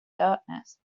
darkness